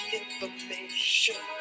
information